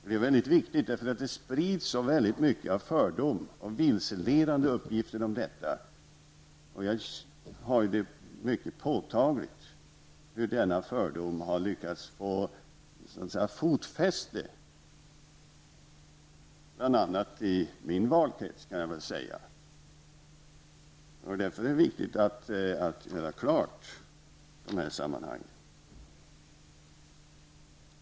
Det är viktigt att säga, därför att det sprids så mycket av fördomar och vilseledande uppgifter om detta. Jag har mycket påtagligt märkt att denna fördom lyckats få fotfäste, bl.a. i min valkrets. Därför är det viktigt att klargöra de här sammanhangen.